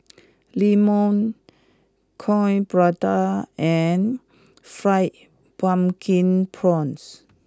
Lemang Coin Prata and Fried Pumpkin Prawns